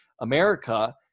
America